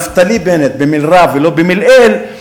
נפתלי בנט במלרע ולא במלעיל,